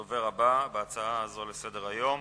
הדובר הבא בהצעה הזאת לסדר-היום,